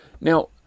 Now